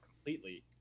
completely